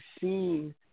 seen